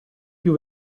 più